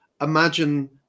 imagine